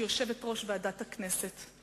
כיושבת-ראש ועדת הכנסת.